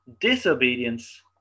disobedience